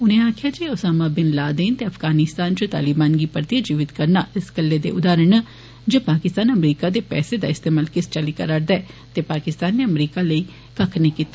उनें आक्खेआ जे ओसामा बिन लादेन ते अफगानिस्तान च तालिबान गी परतियै जीवित करना इस गल्ला दे उदाहरण न जे पाकिस्तान अमरीका दे पैसे दा इस्तेमाल किस चाल्ली करा'रदा ऐ ते पाकिस्तान नै अमरीका लेई काक्ख नेई कीता